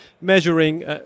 measuring